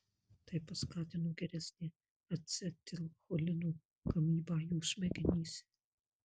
tai paskatino geresnę acetilcholino gamybą jų smegenyse